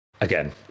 again